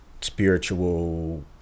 spiritual